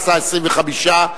עשה 25,